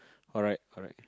alright alright